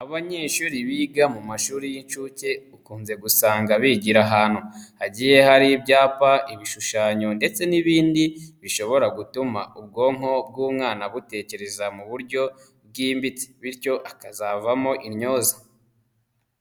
Abanyeshuri biga mu mashuri y'inshuke ukunze gusanga bigira ahantu hagiye hari ibyapa, ibishushanyo ndetse n'ibindi bishobora gutuma ubwonko bw'umwana butekereza mu buryo bwimbitse bityo akazavamo intyoza.